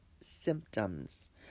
symptoms